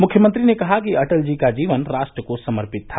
मुख्यमंत्री ने कहा कि अटल जी का जीवन राष्ट्र को समर्पित था